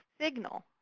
signal